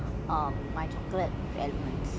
cadbury with almonds